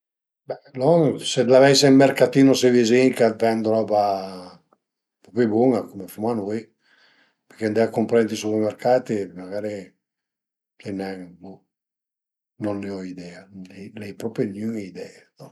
Be lon se l'aveise ën mercatino si vizin che a t'vendu roba propi bun-a cume fuma nui përché andé cumpré ënt i supermercati magari pìe nen bo, non he ho idea, l'ai propi gnüne idee